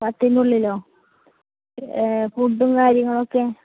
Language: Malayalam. പത്തിനുള്ളിലോ ഫുഡും കാര്യങ്ങളുമൊക്കെ